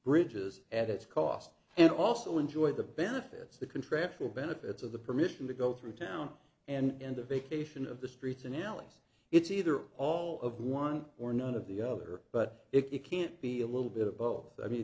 bridges at its cost and also enjoy the benefits that contractual benefits of the permission to go through town and a vacation of the streets and alleys it's either all of one or none of the other but it can't be a little bit of both i mean